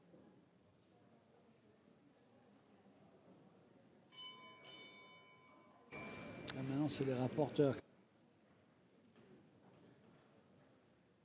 ...